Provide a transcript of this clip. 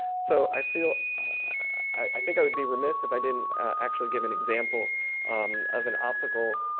so, i feel i think i would be remiss if i didn't actually give an example of an optical